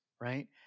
right